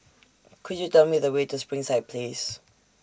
Could YOU Tell Me The Way to Springside Place